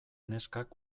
neskak